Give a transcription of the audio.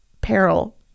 peril